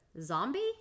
zombie